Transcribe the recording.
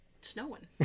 snowing